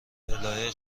الهه